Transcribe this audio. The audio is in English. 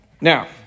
Now